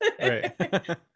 Right